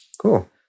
cool